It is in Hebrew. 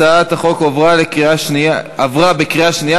הצעת החוק עברה בקריאה שנייה.